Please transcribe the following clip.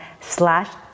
slash